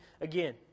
again